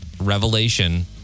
revelation